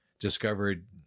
discovered